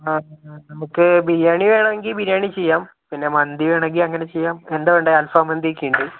നമുക്ക് ബിരിയാണി വേണമെങ്കിൽ ബിരിയാണി ചെയ്യാം പിന്നെ മന്തി വേണമെങ്കിൽ അങ്ങനെ ചെയ്യാം എന്താ വേണ്ടത് അൽഫം മന്തിയൊക്കെയുണ്ട്